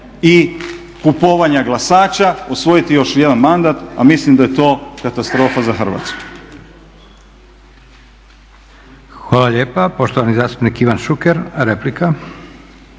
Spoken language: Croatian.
i kupovanja glasaća osvojiti još jedan mandat. A mislim da je to katastrofa za Hrvatsku.